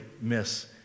miss